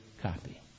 copy